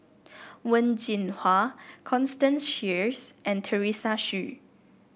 Wen Jinhua Constance Sheares and Teresa Hsu